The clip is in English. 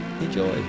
Enjoy